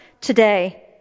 today